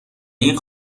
این